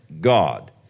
God